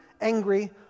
angry